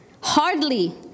Hardly